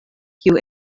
kiu